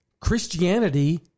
Christianity